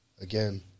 again